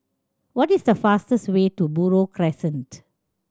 what is the fastest way to Buroh Crescent